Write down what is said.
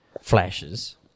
flashes